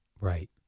Right